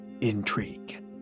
Intrigue